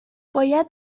باید